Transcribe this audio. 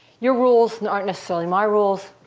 your rules and aren't necessarily my rules.